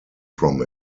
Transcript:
from